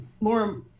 more